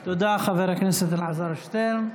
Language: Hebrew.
תודה, חבר הכנסת אלעזר שטרן.